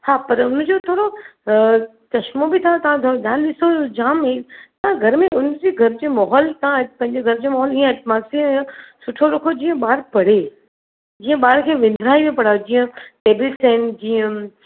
हा पर उन जो थोरो चश्मो बि तव्हां ॾिसो जामु तव्हां घर में हुन जे घर जो माहौल तव्हां पंहिंजो घर जो माहौल ईअं ऐटमॉस्फेअर सुठो रखो जीअं ॿार परे जीअं ॿार खे वेझिड़ाई में पढ़ायो जीअं टेबल्स आहिनि जीअं